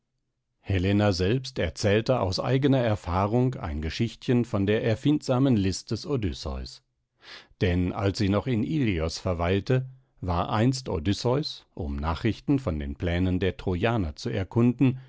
helena selbst erzählte aus eigener erfahrung ein geschichtchen von der erfindsamen list des odysseus denn als sie noch in ilios verweilte war einst odysseus um nachrichten von den plänen der trojaner zu erkunden